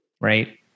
Right